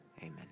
Amen